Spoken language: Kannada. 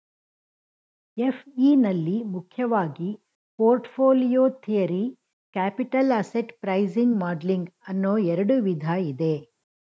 ಎಫ್.ಇ ನಲ್ಲಿ ಮುಖ್ಯವಾಗಿ portfolio theory, capital asset pricing modelling ಅನ್ನೋ ಎರಡು ವಿಧ ಇದೆ